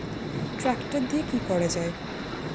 Tractor দিয়ে কি করা যায়?